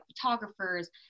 photographers